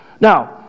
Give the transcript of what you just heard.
Now